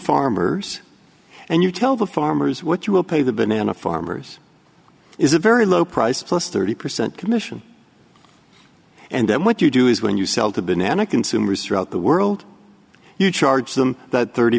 farmers and you tell the farmers what you will pay the banana farmers is a very low price plus thirty percent commission and then what you do is when you sell to banana consumers throughout the world you charge them that thirty